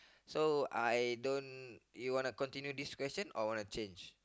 so I don't you wanna continue this question or wanna change